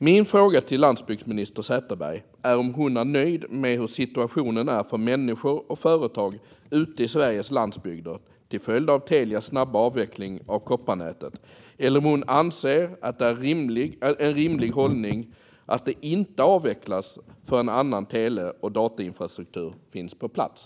Min fråga till landsbygdsminister Sätherberg är om hon är nöjd med hur situationen är för människor och företag ute i Sveriges landsbygder till följd av Telias snabba avveckling av kopparnätet eller om hon anser att det är en rimlig hållning att det inte avvecklas förrän annan tele och datainfrastruktur finns på plats.